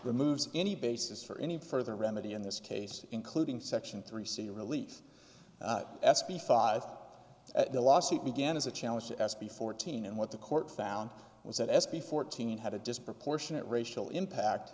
removes any basis for any further remedy in this case including section three c relief s b five the lawsuit began as a challenge to s b fourteen and what the court found was that s b fourteen had a disproportionate racial impact